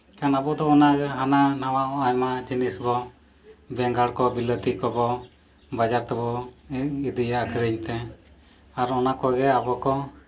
ᱮᱱᱠᱷᱟᱱ ᱟᱵᱚᱫᱚ ᱚᱱᱟᱜᱮ ᱦᱟᱱᱟ ᱱᱟᱣᱟ ᱟᱭᱢᱟ ᱡᱤᱱᱤᱥ ᱵᱚᱱ ᱵᱮᱸᱜᱟᱲ ᱠᱚ ᱵᱤᱞᱟᱹᱛᱤ ᱠᱚᱵᱚᱱ ᱵᱟᱡᱟᱨ ᱛᱮᱵᱚ ᱤᱫᱤᱭᱟ ᱟᱹᱠᱷᱨᱤᱧᱛᱮ ᱟᱨ ᱚᱱᱟ ᱠᱚᱜᱮ ᱟᱵᱚ ᱠᱚ